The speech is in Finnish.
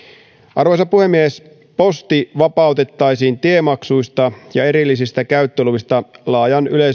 arvoisa puhemies posti vapautettaisiin tiemaksuista ja erillisistä käyttöluvista laajan